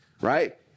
right